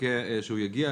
נחכה שהוא יגיע.